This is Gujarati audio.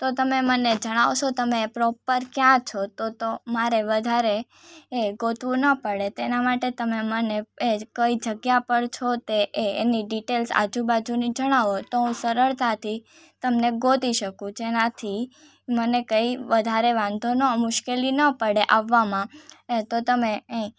તો તમે મને જણાવશો તમે પ્રોપર ક્યાં છો તો તો મારે વધારે એ ગોતવું ના પડે તેના માટે તમે મને એ જ કઈ જગ્યા પર છો તે એ એની ડિટેલ્સ આજુબાજુની જણાવો તો હું સરળતાથી તમને ગોતી શકું જેનાથી મને કંઇ વધારે વાંધો ન મુશ્કેલી ન પડે આવવામાં એ તો તમે એ